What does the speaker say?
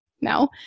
no